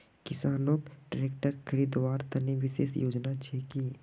किसानोक ट्रेक्टर खरीदवार तने विशेष योजना छे कि?